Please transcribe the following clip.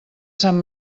sant